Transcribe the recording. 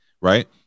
right